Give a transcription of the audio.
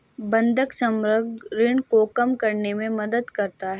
बंधक समग्र ऋण को कम करने में मदद करता है